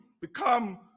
become